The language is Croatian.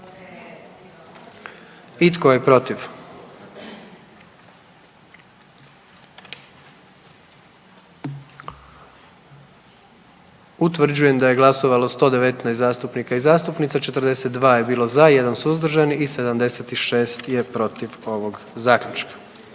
I tko je protiv? Utvrđujem da je glasovalo 123 zastupnika i zastupnica, 114 za, 3 suzdržana i 6 protiv te je na